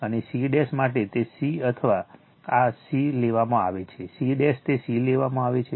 અને c માટે તે c આ c લેવામાં આવે છે c તે c લેવામાં આવે છે